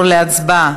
חבר הכנסת אראל מרגלית,